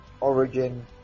origin